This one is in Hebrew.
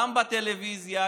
גם בטלוויזיה,